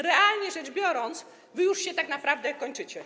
Realnie rzecz biorąc, wy już się tak naprawdę kończycie.